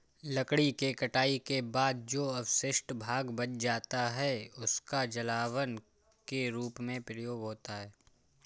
लकड़ी के कटाई के बाद जो अवशिष्ट भाग बच जाता है, उसका जलावन के रूप में प्रयोग होता है